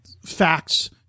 facts